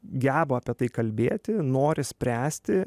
geba apie tai kalbėti nori spręsti